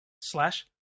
slash